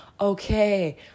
Okay